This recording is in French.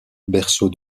berceau